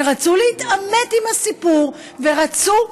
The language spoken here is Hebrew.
רצו להתעמת עם הסיפור ורצו,